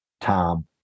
Tom